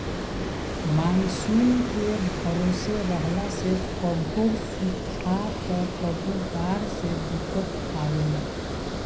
monsoon के भरोसे रहला से कभो सुखा त कभो बाढ़ से दिक्कत आवेला